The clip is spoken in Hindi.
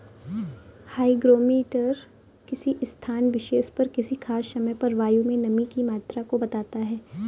हाईग्रोमीटर किसी स्थान विशेष पर किसी खास समय पर वायु में नमी की मात्रा को बताता है